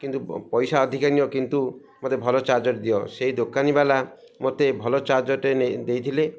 କିନ୍ତୁ ପଇସା ଅଧିକା ନିଅ କିନ୍ତୁ ମୋତେ ଭଲ ଚାର୍ଜର ଦିଅ ସେଇ ଦୋକାନୀ ବାଲା ମୋତେ ଭଲ ଚାର୍ଜରଟେ ନେଇ ଦେଇଥିଲେ